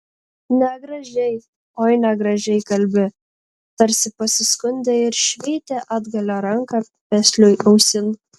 negražiai oi negražiai kalbi tarsi pasiskundė ir šveitė atgalia ranka pesliui ausin